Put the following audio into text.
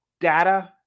data